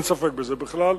אין ספק בזה בכלל.